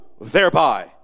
thereby